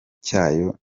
cyayo